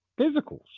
physicals